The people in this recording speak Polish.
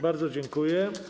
Bardzo dziękuję.